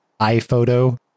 iphoto